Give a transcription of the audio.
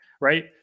Right